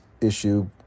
issue